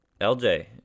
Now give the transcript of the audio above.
LJ